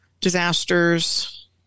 disasters